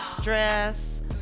stress